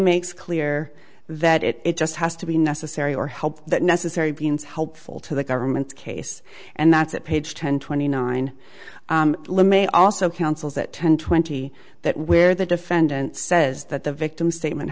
makes clear that it just has to be necessary or help that necessary be helpful to the government's case and that's at page ten twenty nine limaye also counsels that ten twenty that where the defendant says that the victim's statement